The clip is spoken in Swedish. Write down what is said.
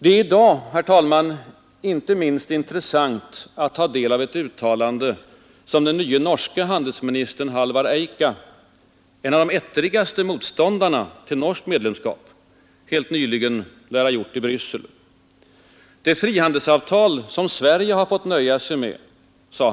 Det är i dag, herr talman, inte minst intressant att ta del av ett uttalande, som den nya norske handelsministern Halvard Eika — en av de ettrigaste motståndarna till norskt EEC-medlemskap — helt nyligen lär ha gjort i Bryssel. Det frihandelsavtal som Sverige har fått nöja sig med var, sade